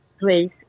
place